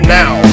now